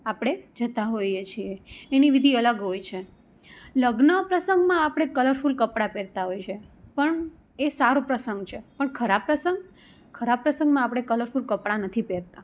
આપણે જતાં હોઈએ છીએ એની વિધિ અલગ હોય છે લગ્ન પ્રસંગમાં આપણે કલરફૂલ કપડાં પહેરતા હોઈએ છીએ પણ એ સારો પ્રસંગ છે પણ ખરાબ પ્રસંગ ખરાબ પ્રસંગમાં આપણે ખરાબ કપડાં નથી પહેરતાં